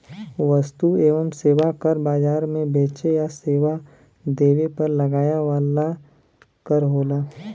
वस्तु एवं सेवा कर बाजार में बेचे या सेवा देवे पर लगाया वाला कर होला